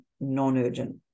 non-urgent